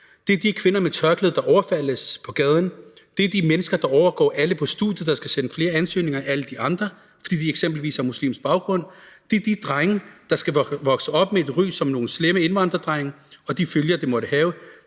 Det er de kvinder med tørklæde, der overfaldes på gaden. Det er de mennesker, der overgår alle på studiet, og som skal sende flere ansøgninger end alle de andre, fordi de eksempelvis har muslimsk baggrund. Det er de drenge, der skal vokse op med et ry som nogle slemme indvandrerdrenge og de følger, det måtte have.